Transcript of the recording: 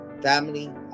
Family